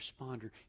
responder